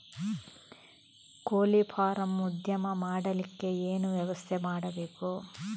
ಕೋಳಿ ಫಾರಂ ಉದ್ಯಮ ಮಾಡಲಿಕ್ಕೆ ಏನು ವ್ಯವಸ್ಥೆ ಮಾಡಬೇಕು?